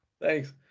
Thanks